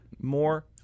more